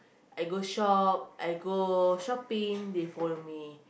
I go shop I go shopping they follow me